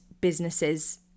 businesses